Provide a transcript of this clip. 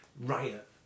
riot